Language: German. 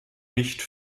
nicht